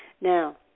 Now